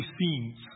scenes